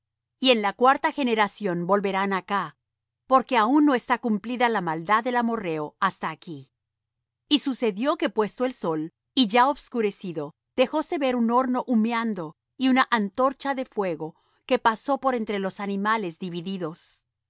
y en la cuarta generación volverán acá porque aun no está cumplida la maldad del amorrheo hasta aquí y sucedió que puesto el sol y ya obscurecido dejóse ver un horno humeando y una antorcha de fuego que pasó por entre los animales divididos